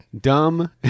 dumb